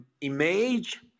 image